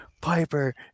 Piper